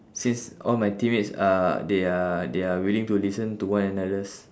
since all my teammates are they are they are willing to listen to one another